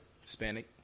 Hispanic